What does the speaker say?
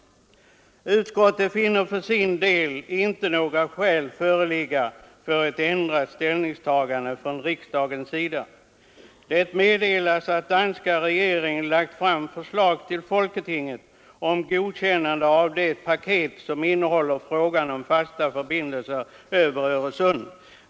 Utskottet finner för sin del inte några skäl föreligga för ett ändrat ställningstagande från riksdagens sida. Det meddelas att danska regeringen lagt fram förslag till folketinget om godkännande av det paket som innehåller frågan om fasta förbindelser över Öresund.